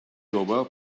jove